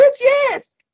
yes